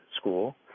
school